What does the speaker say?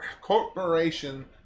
corporation